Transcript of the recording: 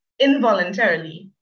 involuntarily